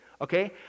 Okay